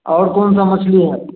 और कौन सा मछली है